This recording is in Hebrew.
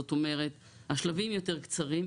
זאת אומרת השלבים יותר קצרים,